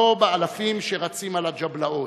לא באלפים שרצים על הג'בלאות.